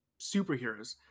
superheroes